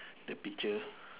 the picture